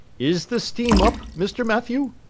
is the steam up, mr. mathew?